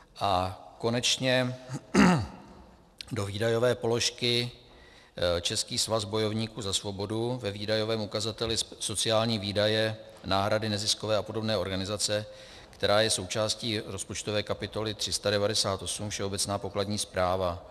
A konečně do výdajové položky Český svaz bojovníků za svobodu ve výdajovém ukazateli sociální výdaje, náhrady neziskové a podobné organizace, která je součástí rozpočtové kapitoly 398 Všeobecná pokladní správa.